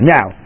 Now